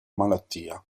malattia